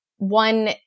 One